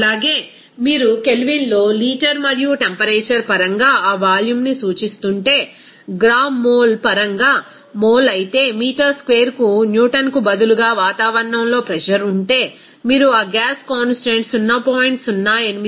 అలాగే మీరు కెల్విన్లో లీటరు మరియు టెంపరేచర్ పరంగా ఆ వాల్యూమ్ను సూచిస్తుంటే గ్రామ్ మోల్ పరంగా మోల్ అయితే మీటర్ స్క్వేర్కు న్యూటన్కు బదులుగా వాతావరణంలో ప్రెజర్ ఉంటే మీరు ఆ గ్యాస్ కాన్స్టాంట్ 0